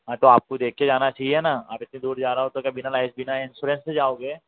हाँ तो आपको देख के जाना चाहिए न आप इतने दूर जा रहे हो तो बिला लाइ बिना एंश्यूरेंश के जाओगे